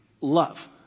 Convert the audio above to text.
love